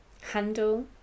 handle